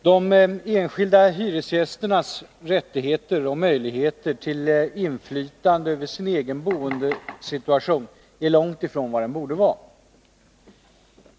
Herr talman! De enskilda hyresgästernas rättigheter och möjligheter till inflytande över sin egen boendesituation är långt ifrån vad de borde vara.